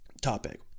topic